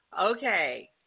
Okay